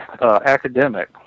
academic